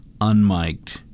unmiked